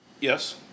Yes